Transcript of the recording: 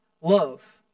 love